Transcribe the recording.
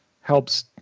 helps